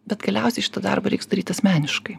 bet galiausiai šitą darbą reiks daryt asmeniškai